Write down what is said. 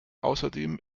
außerdem